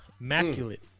Immaculate